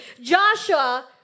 Joshua